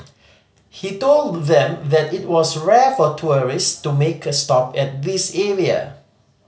he told them that it was rare for tourist to make a stop at this area